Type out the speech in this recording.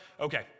Okay